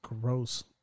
gross